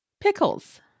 Pickles